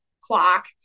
clock